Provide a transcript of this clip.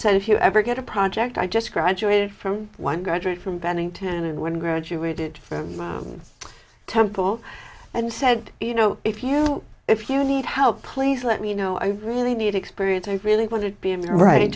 said if you ever get a project i just graduated from one graduate from bennington and one graduated from temple and said you know if you if you need help please let me you know i really need experience i really want to be in the right